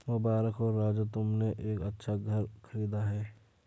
मुबारक हो राजू तुमने एक अच्छा घर खरीदा है